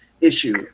issue